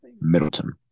Middleton